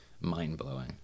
mind-blowing